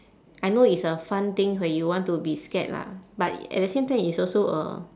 I know it's a fun thing where you want to be scared lah but at the same time it's also a